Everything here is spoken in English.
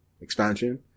expansion